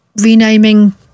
renaming